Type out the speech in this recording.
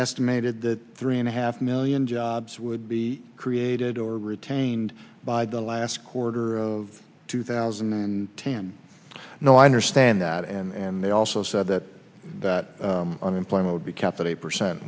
estimated that three and a half million jobs would be created or retained by the last quarter of two thousand and ten no i understand that and they also said that that unemployment would be capped at eight percent